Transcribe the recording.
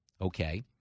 Okay